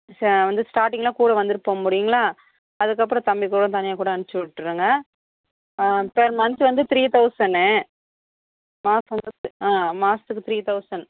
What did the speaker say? வந்து ஸ்டாட்டிங்கில் கூட வந்துட்டு போக முடியுங்களா அதுக்கப்புறோம் தம்பி கூட தனியாக கூட அனுப்சுவுட்ருங்க பர் மந்த் வந்து த்ரீ தௌசணு மாதத்துக்கு ஆ மாசத்துக்கு த்ரீ தௌசண்ட்